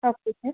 okay sir